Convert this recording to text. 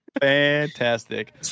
Fantastic